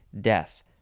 death